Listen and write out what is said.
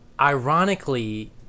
ironically